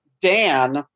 Dan